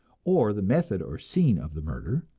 or the method or scene of the murder,